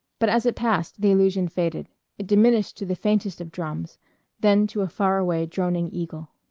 but as it passed the illusion faded it diminished to the faintest of drums then to a far-away droning eagle.